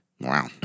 Wow